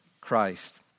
Christ